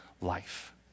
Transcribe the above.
life